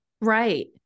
Right